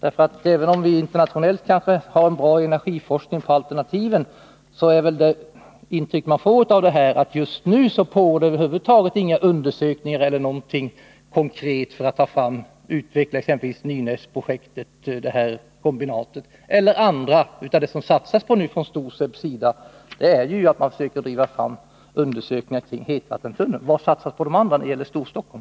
Även om vi kanske internationellt sett har en bra energiforskning för alternativen, så är det intryck man får att det just nu över huvud taget inte pågår några undersökningar eller några konkreta ansträngningar för att exempelvis utveckla Nynäsprojektet om kombinat. Vad det satsas på från STOSEB:s sida är att försöka driva fram undersökningar kring hetvattentunneln. Vad satsas det på för övrigt när det gäller Storstockholm?